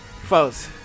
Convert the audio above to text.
folks